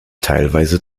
teilweise